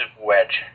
wedge